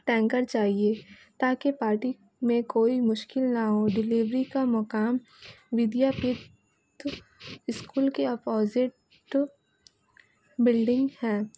tanker چاہیے تاکہ party میں کوئی مشکل نہ ہو ڈلیوری کا مقام ودیا پیٹ اسکول کے اپوزٹ بلڈنگ ہیں